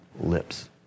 lips